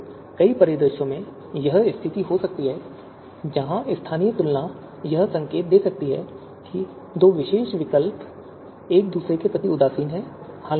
तो कई परिदृश्यों में यह स्थिति हो सकती है जहां स्थानीय तुलना यह संकेत दे सकती है कि दो विशेष विकल्प एक दूसरे के प्रति उदासीन हैं